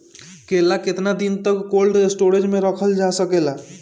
केला केतना दिन तक कोल्ड स्टोरेज में रखल जा सकेला?